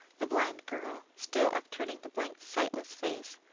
the blind girl, still upturning the blank sightless face,